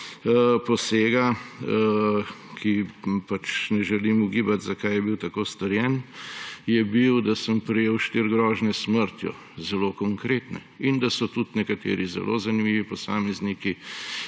posega, o katerem ne želim ugibati, zakaj je bil tako storjen, je bil, da sem prejel štiri grožnje s smrtjo, zelo konkretne, in da so tudi nekateri zelo zanimivi posamezniki,